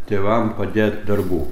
tėvam padėt darbų